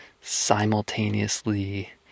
simultaneously